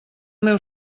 meu